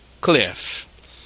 cliff